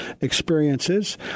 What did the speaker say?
experiences